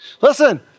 Listen